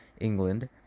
England